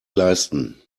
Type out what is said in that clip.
leisten